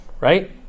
right